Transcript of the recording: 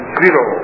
zero